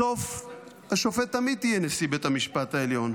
בסוף השופט תמיד יהיה נשיא בית המשפט העליון.